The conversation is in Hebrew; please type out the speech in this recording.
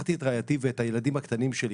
לקחתי את רעייתי ואת הילדים הקטנים שלי,